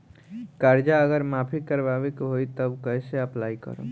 कर्जा अगर माफी करवावे के होई तब कैसे अप्लाई करम?